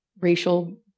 racial